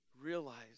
Realize